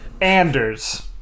Anders